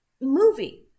movie